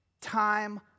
Time